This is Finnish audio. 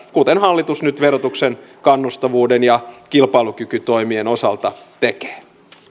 kuten hallitus nyt verotuksen kannustavuuden ja kilpailukykytoimien osalta tekee